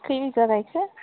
खै बिगा गायखो